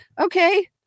Okay